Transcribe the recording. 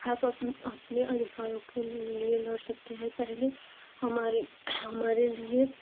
आप अप अपने अधिकारों के लिए लड़ सकते हैं पहले हमारे हमारे लिए